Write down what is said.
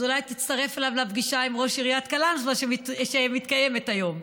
אז אולי תצטרף אליו לפגישה עם ראש עיריית קלנסווה שמתקיימת היום,